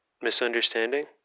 misunderstanding